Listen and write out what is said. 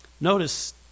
Notice